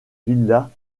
villas